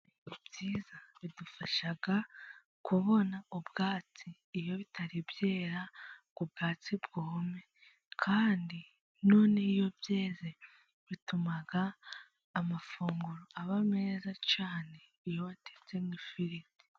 Ibyiza bidufasha kubona ubwatsi, iyo bitari byera ku ngo ubwatsi bwume, kandi noneho iyo byeze ,bituma amafunguro aba meza cyane, iyo batetse n'ifiriti.